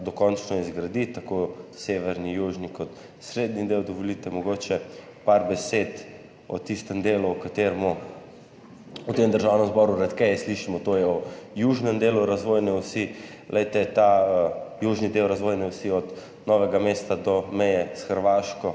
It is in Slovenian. dokončno zgradi, tako severni, južni kot srednji del. Dovolite mogoče par besed o tistem delu, o katerem v Državnem zboru redkeje slišimo, to je o južnem delu razvojne osi. Ta južni del razvojne osi od Novega mesta do meje s Hrvaško,